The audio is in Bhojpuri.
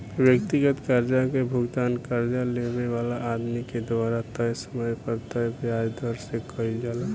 व्यक्तिगत कर्जा के भुगतान कर्जा लेवे वाला आदमी के द्वारा तय समय पर तय ब्याज दर से कईल जाला